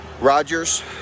Rogers